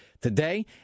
today